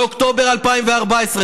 באוקטובר 2014,